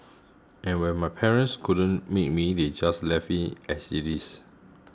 and when my parents couldn't make me they just left me as it is